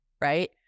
right